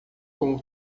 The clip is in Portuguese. como